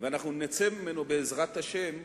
ואנחנו נצא ממנו, בעזרת השם,